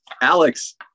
Alex